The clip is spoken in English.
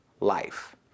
life